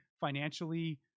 financially